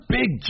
big